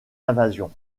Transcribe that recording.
invasions